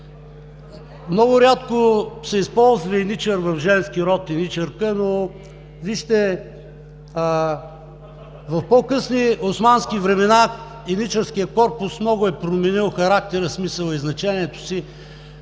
Много рядко се използва еничар в женски род – еничарка, но вижте, в по-късни османски времена етническият корпус много е променил характера, смисъла и значението си,